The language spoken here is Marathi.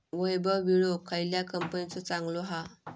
वैभव विळो खयल्या कंपनीचो चांगलो हा?